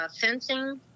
fencing